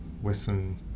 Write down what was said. Western